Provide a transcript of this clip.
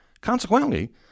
Consequently